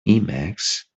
emacs